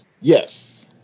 Yes